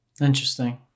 Interesting